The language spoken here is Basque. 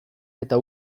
eta